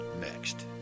next